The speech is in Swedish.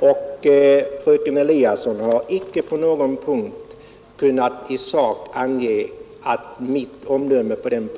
och fröken Eliasson har icke på någon punkt i sak kunnat ange att mitt omdöme har sviktat.